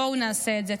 בואו נעשה את זה.